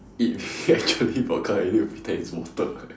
it actually vodka you need to pretend it's water eh